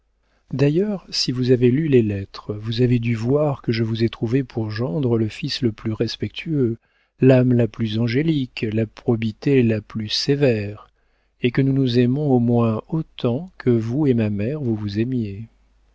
d'ailleurs si vous avez lu les lettres vous avez dû voir que je vous ai trouvé pour gendre le fils le plus respectueux l'âme la plus angélique la probité la plus sévère et que nous nous aimons au moins autant que vous et ma mère vous vous aimiez